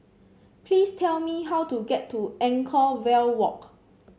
please tell me how to get to Anchorvale Walk